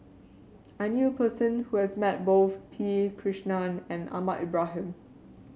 I knew a person who has met both P Krishnan and Ahmad Ibrahim